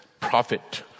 profit